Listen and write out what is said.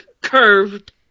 curved